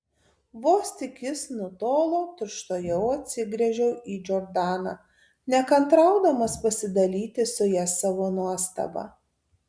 vos tik jis nutolo tučtuojau atsigręžiau į džordaną nekantraudamas pasidalyti su ja savo nuostaba